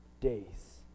days